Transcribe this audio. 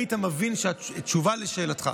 היית מבין את התשובה על שאלתך.